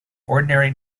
ordinary